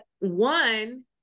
one